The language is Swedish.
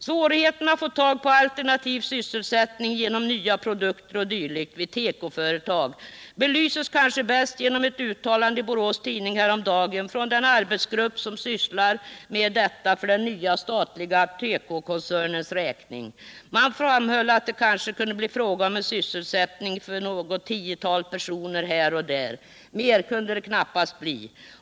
Svårigheten att få tag på alternativ sysselsättning genom nya produkter 0. d. vid tekoföretag belyses kanske bäst genom ett uttalande i Borås Tidning häromdagen från den arbetsgrupp som sysslar med detta för den nya statliga tekokoncernens räkning. Man framhöll att det kanske kunde bli fråga om sysselsättning för något tiotal personer här och där. Mer kunde det knappast bli.